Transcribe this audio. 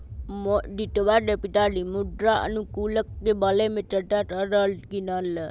मोहजीतवा के पिताजी मृदा अनुकूलक के बारे में चर्चा कर रहल खिन हल